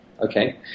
Okay